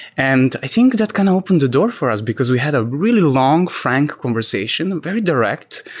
and i think that kind of opened the door for us, because we had a really long, frank conversation, and very direct.